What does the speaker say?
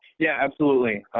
yeah, absolutely.